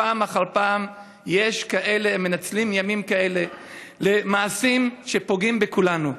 פעם אחר פעם יש כאלה המנצלים ימים כאלה למעשים שפוגעים בכולנו.